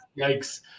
yikes